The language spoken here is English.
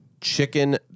chicken